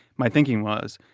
my thinking was,